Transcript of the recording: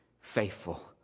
faithful